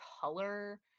color